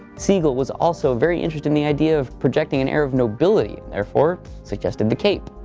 siegel was also very interested in the idea of projecting an air of nobility, therefore suggested the cape.